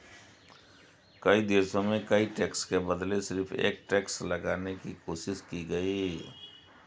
कई देशों में कई टैक्स के बदले सिर्फ एक टैक्स लगाने की कोशिश की गयी